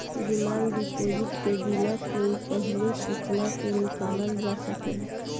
demand deposit के बिना कोई पहिले सूचना के निकालल जा सकेला